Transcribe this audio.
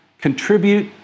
Contribute